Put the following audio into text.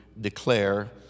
declare